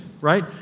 Right